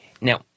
Now